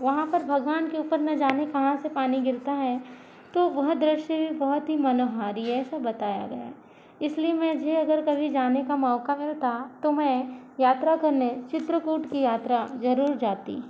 वहाँ पर भगवान के ऊपर न जाने कहाँ से पानी गिरता है तो वह दृश्य भी बहुत ही मनोहारी है ऐसा बताया गया है इसीलिए मुझे अगर कभी जाने का मौका मिलता तो मैं यात्रा करने चित्रकूट की यात्रा जरूर जाती